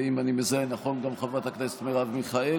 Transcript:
ואם אני מזהה נכון גם חברת הכנסת מרב מיכאלי,